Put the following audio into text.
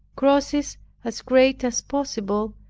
crosses as great as possible,